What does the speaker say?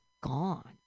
gone